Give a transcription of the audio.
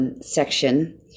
section